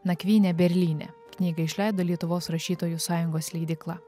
nakvynė berlyne knygą išleido lietuvos rašytojų sąjungos leidykla